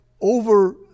over